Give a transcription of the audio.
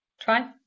Try